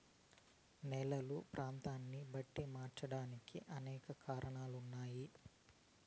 నేలలు ప్రాంతాన్ని బట్టి మారడానికి అనేక కారణాలు ఉన్నాయి